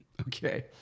Okay